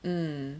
mm